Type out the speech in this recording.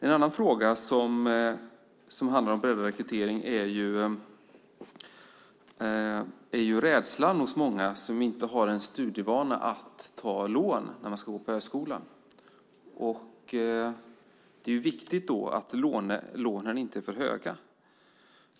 En annan fråga som handlar om breddad rekrytering är rädslan hos många som inte har en vana att ta lån när man ska gå på högskolan. Det är viktigt då att lånen inte är för höga.